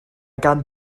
gan